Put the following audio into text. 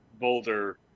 boulder